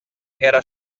era